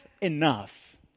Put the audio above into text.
enough